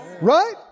right